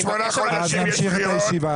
נמשיך את הישיבה.